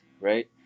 right